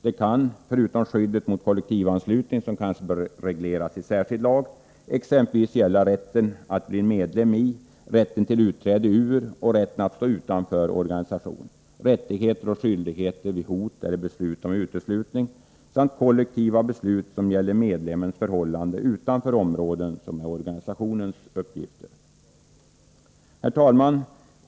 Det kan — förutom skyddet mot kollektivanslutning, som kanske bör regleras i särskild lag — exempelvis gälla rätten att bli medlem i, rätten till utträde ur och rätten att stå utanför organisation, rättigheter och skyldigheter vid hot eller beslut om uteslutning samt kollektiva beslut som gäller medlemmens förhållande utanför områden där organisationen har uppgifter. Herr talman!